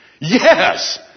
Yes